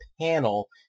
panel